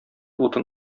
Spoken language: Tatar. утын